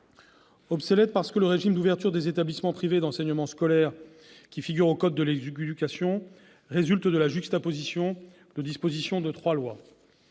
obsolète, car le régime d'ouverture des établissements privés d'enseignement scolaire qui figure au code de l'éducation résulte de la juxtaposition de dispositions de trois lois,